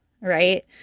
Right